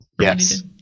Yes